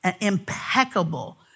impeccable